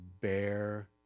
bear